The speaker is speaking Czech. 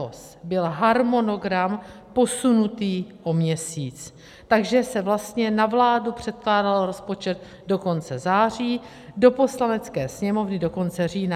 Letos byl harmonogram posunutý o měsíc, takže se vlastně na vládu předkládal rozpočet do konce září, do Poslanecké sněmovny do konce října.